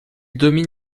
domine